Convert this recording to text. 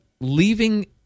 leaving